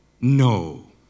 no